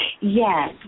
Yes